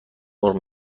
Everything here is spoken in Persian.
مرغ